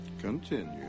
Continue